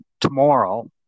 tomorrow